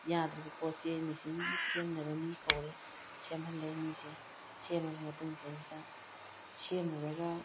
ꯌꯥꯗ꯭ꯔꯤꯕ ꯄꯣꯠꯁꯦ ꯃꯦꯆꯤꯟꯒꯤ ꯁꯦꯝꯅꯕ ꯃꯤ ꯀꯧꯔꯦ ꯁꯦꯝꯍꯜꯂꯦ ꯃꯤꯁꯦ ꯁꯦꯝꯃꯕ ꯃꯇꯨꯡꯁꯤꯗꯩꯁꯤꯗ ꯁꯦꯝꯃꯨꯔꯒ